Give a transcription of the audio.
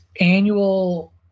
annual